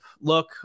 look